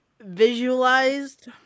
visualized